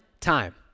time